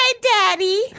daddy